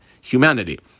humanity